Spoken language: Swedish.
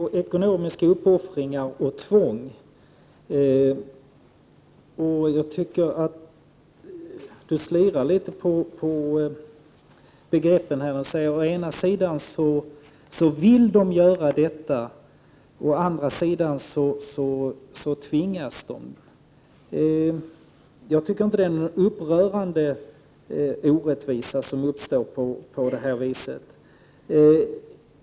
Herr talman! Jag tycker det är skillnad på ekonomiska uppoffringar och tvång. Här slirar man litet på begreppen och säger att å ena sidan vill de göra detta och å andra sidan tvingas de. Jag tycker inte att det är en upprörande orättvisa som uppstår på detta sätt.